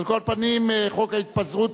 על כל פנים, חוק ההתפזרות,